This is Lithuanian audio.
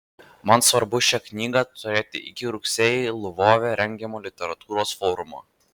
man svarbu šią knygą turėti iki rugsėjį lvove rengiamo literatūros forumo